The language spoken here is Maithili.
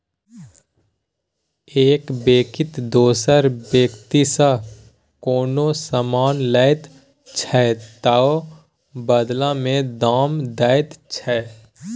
एक बेकती दोसर बेकतीसँ कोनो समान लैत छै तअ बदला मे दाम दैत छै